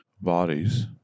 bodies